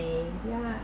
eh yeah